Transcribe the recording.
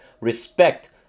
respect